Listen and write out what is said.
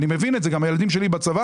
אני מבין את זה, גם הילדים שלי בצבא.